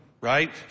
right